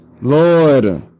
Lord